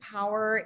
Power